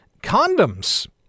condoms